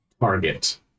target